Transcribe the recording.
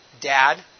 Dad